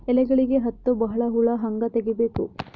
ಎಲೆಗಳಿಗೆ ಹತ್ತೋ ಬಹಳ ಹುಳ ಹಂಗ ತೆಗೀಬೆಕು?